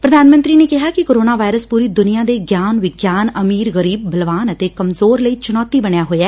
ਪ੍ਰਧਾਨ ਮੰਤਰੀ ਨੇ ਕਿਹਾ ਕਿ ਕੋਰੋਨਾ ਵਾਇਰਸ ਪੂਰੀ ਦੁਨੀਆ ਦੇ ਗਿਆਨ ਵਿਗਿਆਨ ਅਮੀਰ ਗਰੀਬ ਬਲਵਾਨ ਅਤੇ ਕਮਜੋਰ ਲਈ ਚੁਣੌਤੀ ਬਣਿਆ ਹੋਇਐ